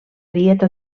dieta